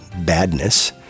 badness